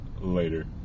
later